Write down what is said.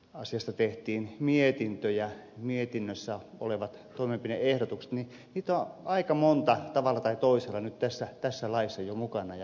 asiasta tehtiin mietintö ja mietinnössä olevia toimenpide ehdotuksia on aika monta tavalla tai toisella nyt tässä laissa jo mukana ja tästä kiitos